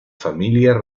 familia